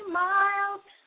miles